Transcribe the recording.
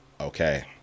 okay